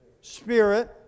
Spirit